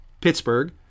Pittsburgh